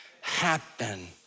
happen